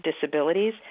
disabilities